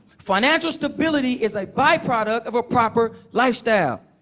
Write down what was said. financial stability is a byproduct of a proper lifestyle.